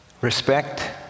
respect